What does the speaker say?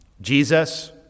Jesus